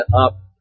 up